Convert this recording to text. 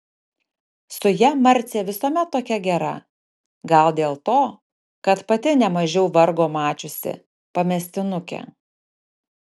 su ja marcė visuomet tokia gera gal dėl to kad pati nemažiau vargo mačiusi pamestinukė